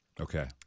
Okay